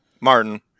Martin